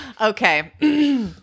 Okay